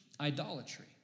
idolatry